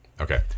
Okay